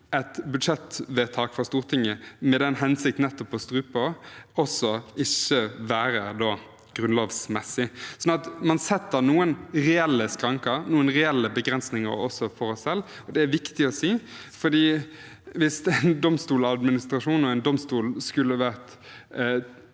et budsjettvedtak fra Stortinget – nettopp med den hensikt å strupe – ikke være grunnlovsmessig. Så vi setter også noen reelle skranker, noen reelle begrensninger, for oss selv. Det er viktig å si, for hvis en domstoladministrasjon og en domstol skulle